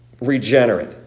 regenerate